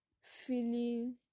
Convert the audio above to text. feeling